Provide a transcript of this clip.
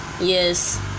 Yes